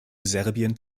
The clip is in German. serbien